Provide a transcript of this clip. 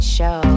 Show